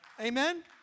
Amen